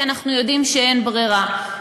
כי אנחנו יודעים שאין ברירה.